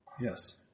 Yes